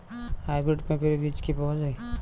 Hybrid পেঁপের বীজ কি পাওয়া যায়?